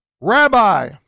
Rabbi